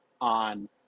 on